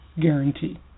guarantee